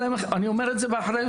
אני אומר את זה באחריות,